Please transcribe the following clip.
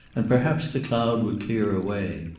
and perhaps the cloud would clear away.